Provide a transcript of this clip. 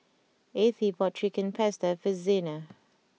Ethie bought Chicken Pasta for Zena